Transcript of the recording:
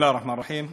א-רחמאן א-רחים.